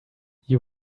you